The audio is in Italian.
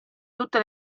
tutte